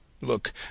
Look